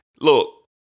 Look